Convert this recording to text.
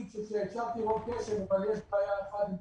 הקשבתי ברוב קשב אבל יש בעיה אחת.